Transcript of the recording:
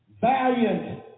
valiant